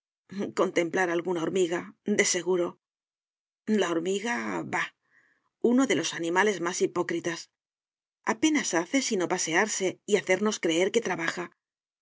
contemplar a alguna hormiga de seguro la hormiga bah uno de los animales más hipócritas apenas hace sino pasearse y hacernos creer que trabaja